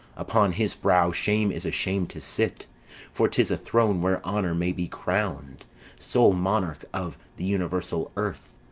upon his brow shame is asham'd to sit for tis a throne where honour may be crown'd sole monarch of the universal earth.